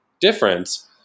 difference